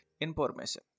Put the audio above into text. information